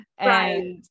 Right